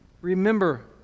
Remember